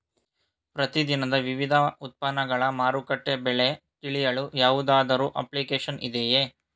ಪ್ರತಿ ದಿನದ ವಿವಿಧ ಉತ್ಪನ್ನಗಳ ಮಾರುಕಟ್ಟೆ ಬೆಲೆ ತಿಳಿಯಲು ಯಾವುದಾದರು ಅಪ್ಲಿಕೇಶನ್ ಇದೆಯೇ?